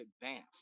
advanced